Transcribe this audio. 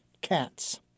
cats